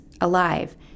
alive